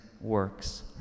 works